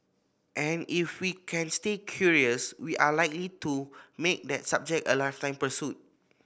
and if we can stay curious we are likely to make that subject a lifetime pursuit